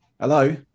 hello